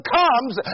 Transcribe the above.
comes